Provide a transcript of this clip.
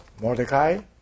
Mordecai